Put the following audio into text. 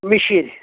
مِشِر